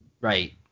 Right